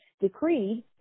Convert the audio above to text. decreed